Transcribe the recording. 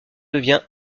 devient